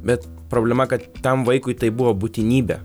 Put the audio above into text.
bet problema kad tam vaikui tai buvo būtinybė